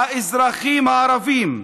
האזרחים הערבים,